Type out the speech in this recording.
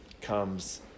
comes